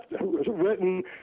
written